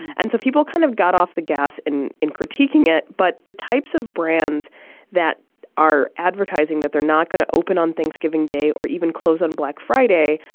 and so people kind of got off the gas and in critiquing it. but the types of brands that are advertising that they're not going to open on thanksgiving day or even close on black friday,